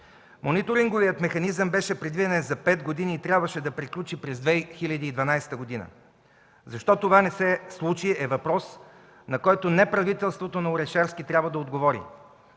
Мониторинговият механизъм беше предвиден за пет години и трябваше да приключи през 2012 г. Защо това не се случи, е въпрос, на който не правителството на Орешарски трябва да отговори.